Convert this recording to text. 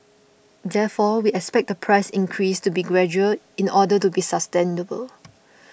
therefore we expect the price increase to be gradual in order to be sustainable